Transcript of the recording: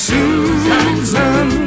Susan